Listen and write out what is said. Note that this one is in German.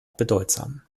bedeutsam